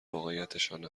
واقعیتشان